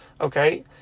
okay